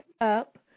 up